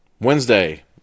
Wednesday